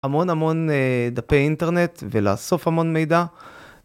המון המון דפי אינטרנט ולאסוף המון מידע,